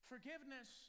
Forgiveness